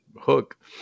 hook